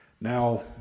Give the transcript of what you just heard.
Now